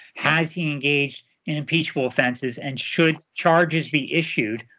has he engaged in impeachable offenses? and should charges be issued,